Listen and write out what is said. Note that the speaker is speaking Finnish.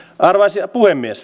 arvoisa puhemies